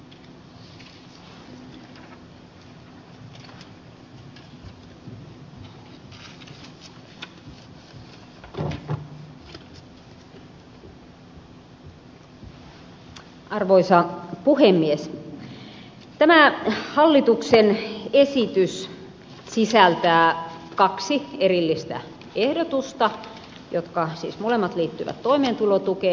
tämä hallituksen esitys sisältää kaksi erillistä ehdotusta jotka siis molemmat liittyvät toimeentulotukeen